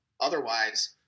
Otherwise